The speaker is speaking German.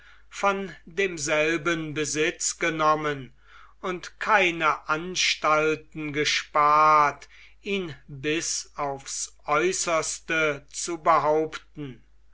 von demselben besitz genommen und keine anstalten gespart ihn bis aufs aeußerste zu behaupten